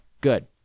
good